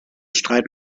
streit